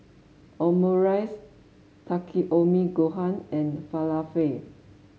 Omurice Takikomi Gohan and Falafel